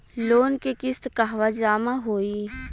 Loan के किस्त कहवा जामा होयी?